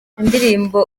indirimbo